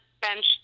bench